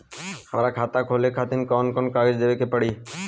हमार खाता खोले खातिर कौन कौन कागज देवे के पड़ी?